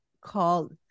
called